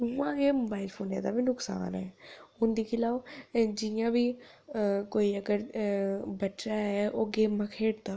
उ'आं गै मोबाइल फोनै दा बी नुक्सान ऐ हून दिक्खी लैओ जि'यां बी कोई अगर अ बच्चा ऐ ओह् गेम्मां खेढदा